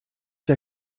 der